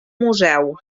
museu